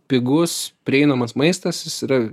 pigus prieinamas maistas jis yra